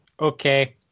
Okay